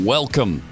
Welcome